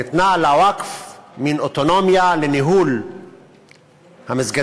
ניתנה לווקף מין אוטונומיה לניהול המסגדים,